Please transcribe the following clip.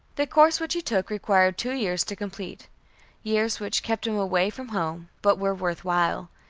the course which he took required two years to complete years which kept him away from home, but were worth while.